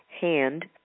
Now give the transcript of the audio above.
Hand